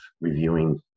reviewing